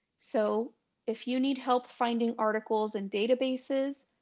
so if you need help finding articles in databases,